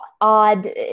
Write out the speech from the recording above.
odd